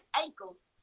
ankles